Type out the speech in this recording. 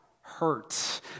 hurt